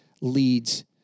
leads